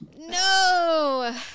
No